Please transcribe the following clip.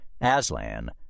Aslan